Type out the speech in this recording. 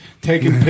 taking